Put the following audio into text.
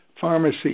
pharmacy